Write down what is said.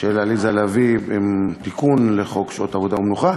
של עליזה לביא, עם תיקון לחוק שעות עבודה ומנוחה.